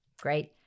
Great